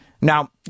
Now